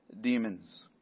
demons